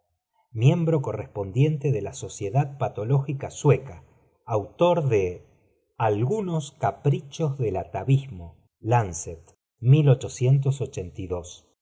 miembro correspondiente de la socie dad patológica sueca autor de algunos caprichos del atavismo lancet